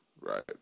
right